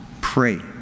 pray